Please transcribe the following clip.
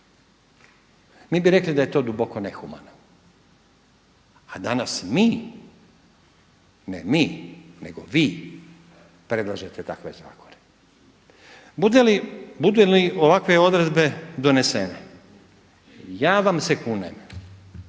mi bi rekli da je to duboko nehumano, a danas mi, ne mi, nego vi predlažete takve zakone. Budu li ovakve odredbe donesene ja vam se kunem